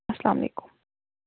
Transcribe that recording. اَسلامُ علیکُم